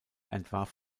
entwarf